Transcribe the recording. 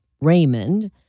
Raymond